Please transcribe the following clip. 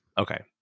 Okay